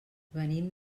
venim